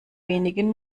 wenigen